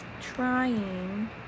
trying